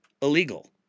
illegal